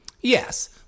Yes